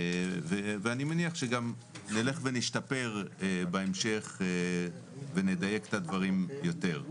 ואני מניח שנלך ונשתפר בהמשך ונדייק את הדברים יותר.